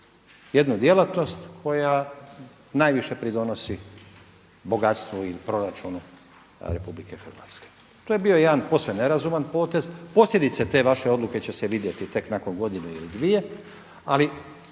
jednu djelatnost koja najviše pridonosi bogatstvu i u proračunu RH. To je bio jedan posve nerazuman potez, posljedice te vaše odluke će se vidjeti tek nakon godinu ili dvije ali